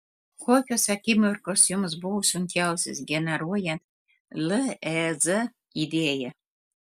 kokios akimirkos jums buvo sunkiausios generuojant lez idėją